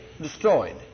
destroyed